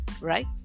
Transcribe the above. right